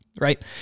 right